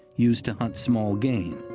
used to hunt small game.